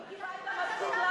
אם קיבלת מספיק,